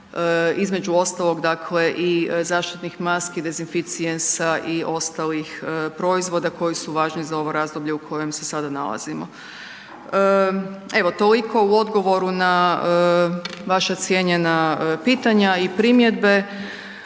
između ostalog i zaštitnih maski, dezinficijensa koji su važni za ovo razdoblje u kojem se sada nalazimo. Evo toliko u odgovoru na vaša cijenjena pitanja i primjedbe.